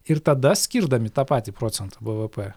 ir tada skirdami tą patį procentą bvp